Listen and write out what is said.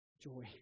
joy